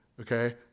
okay